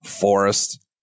forest